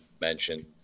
mentioned